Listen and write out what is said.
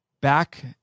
Back